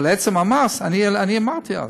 אבל עצם המס, אני אמרתי אז,